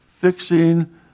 fixing